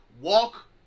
walk